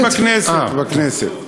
כן, בכנסת, בכנסת.